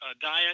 diet